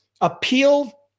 appeal